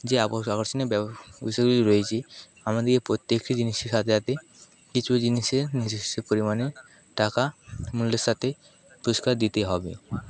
যে আকর্ষণীয় ব্যব বিষয়গুলি রয়েছে আমাদেরকে প্রত্যেকটি জিনিসের সাথে সাথে কিছু জিনিসের নিজস্ব পরিমাণে টাকা মূল্যের সাথে পুরস্কার দিতে হবে